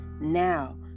Now